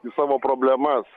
į savo problemas